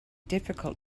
difficult